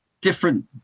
different